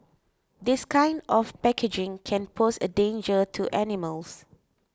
this kind of packaging can pose a danger to animals